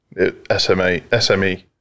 SME